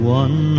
one